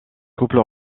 couple